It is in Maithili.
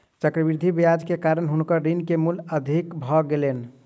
चक्रवृद्धि ब्याज के कारण हुनकर ऋण के मूल अधिक भ गेलैन